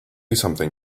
something